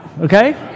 okay